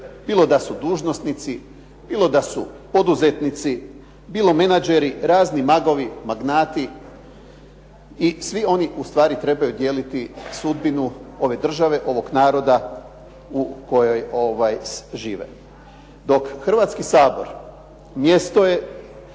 bilo da su dužnosnici, bilo da su poduzetnici, bilo menadžeri, razni magovi, magnati i svi oni ustvari trebaju dijeliti sudbinu ove države, ovog naroda u kojoj žive. Dok Hrvatski sabor mjesto je